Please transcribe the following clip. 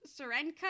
Serenka